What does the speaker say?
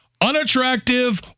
unattractive